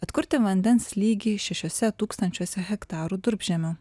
atkurti vandens lygį šešiuose tūkstančiuose hektarų durpžemio